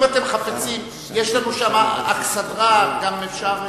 אם אתם חפצים, יש לנו שם אכסדרה, גם אפשר.